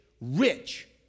rich